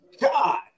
god